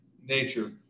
nature